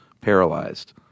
paralyzed